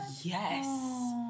Yes